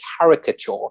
caricature